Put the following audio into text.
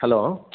hello